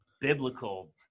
biblical